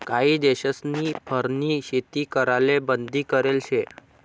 काही देशस्नी फरनी शेती कराले बंदी करेल शे